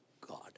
God